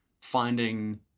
finding